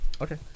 Okay